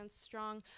strong